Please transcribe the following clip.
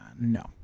No